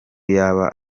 yaba